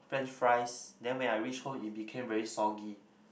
French fries then when I reach home it became very soggy